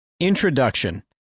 Introduction